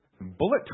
bullet